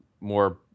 more